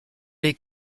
les